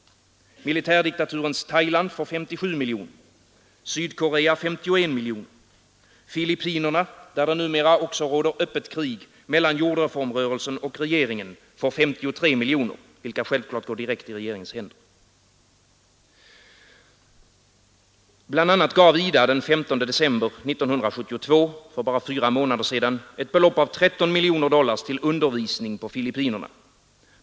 Militärdiktaturens Thailand får 57 miljoner, Sydkorea 51 miljoner och Filippinerna, där det numera också råder öppet krig mellan jordreformrörelsen och regeringen, får 53 miljoner dollar, vilka självklart går direkt i regeringens händer. Bl. a. gav IDA den 15 december 1972, för fyra månader sedan, ett belopp av 13 miljoner dollar till undervisning på Filippinerna.